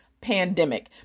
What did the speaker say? pandemic